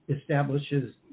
establishes